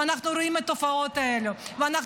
אנחנו רואים את התופעות האלו ואנחנו